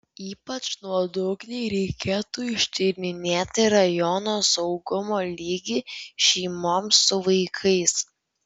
ypač nuodugniai reikėtų ištyrinėti rajono saugumo lygį šeimoms su vaikais